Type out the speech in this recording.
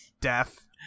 death